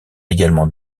également